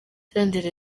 senderi